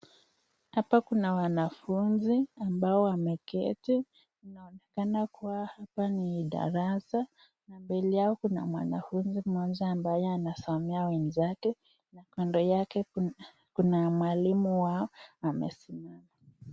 Hapa kuna wanafunzi ambao wameketi. Inaonekana kuwa hapa ni darasa. Mbele yao kuna mwanafunzi mmoja ambaye anasomea wenzake. Kando yake kuna mwalimu wao amesimama.